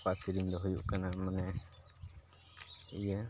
ᱚᱠᱟ ᱥᱮᱨᱮᱧ ᱫᱚ ᱦᱩᱭᱩᱜ ᱠᱟᱱᱟ ᱢᱟᱱᱮ ᱤᱭᱟᱹ